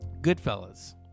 Goodfellas